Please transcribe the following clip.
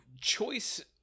choice